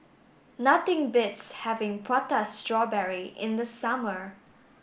nothing beats having prata strawberry in the summer